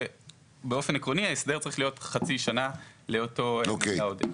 שבאופן עקרוני ההסדר צריך להיות חצי שנה לאותו מידע עודף.